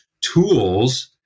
tools